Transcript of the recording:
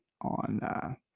on